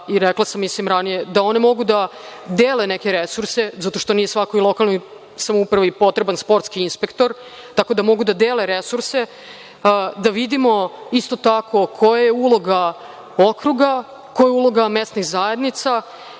lokalnim samoupravama, da one mogu da dele neke resurse zato što nije svakoj lokalnoj samoupravi potreban sportski inspektor, tako da mogu da dele resurse. Da vidimo, isto tako, koja je uloga okruga, koja je uloga mesnih zajednica